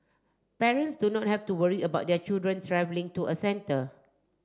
parents do not have to worry about their children travelling to a centre